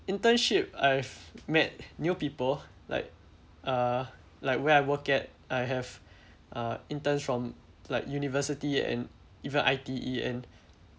internship I've met new people like uh like where I work at I have uh interns from like university and even I_T_E and